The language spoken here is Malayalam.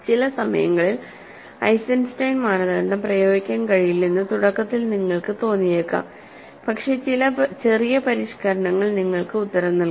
ചില സമയങ്ങളിൽ ഐസൻസ്റ്റൈൻ മാനദണ്ഡം പ്രയോഗിക്കാൻ കഴിയില്ലെന്ന് തുടക്കത്തിൽ നിങ്ങൾക്ക് തോന്നിയേക്കാം പക്ഷേ ചില ചെറിയ പരിഷ്ക്കരണങ്ങൾ നിങ്ങൾക്ക് ഉത്തരം നൽകുന്നു